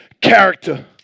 character